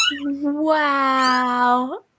Wow